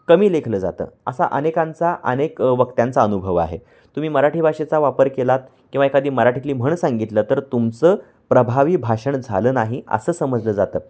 कमी लेखलं जातं असा अनेकांचा अनेक वक्त्यांचा अनुभव आहे तुम्ही मराठी भाषेचा वापर केलात किंवा एखादी मराठीतली म्हण सांगितलं तर तुमचं प्रभावी भाषण झालं नाही असं समजलं जातं